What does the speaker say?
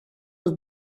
have